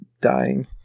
dying